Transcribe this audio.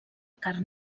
carn